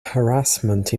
harassment